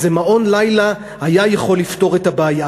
איזה מעון לילה היה יכול לפתור את הבעיה.